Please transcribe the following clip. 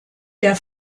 der